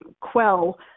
quell